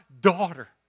daughter